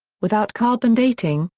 without carbon dating,